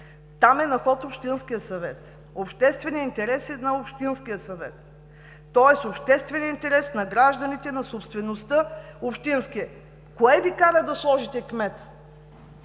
там на ход е общинският съвет. Общественият интерес е на общинския съвет, тоест обществен интерес на гражданите, на собствеността. Кое Ви кара да сложите кмета?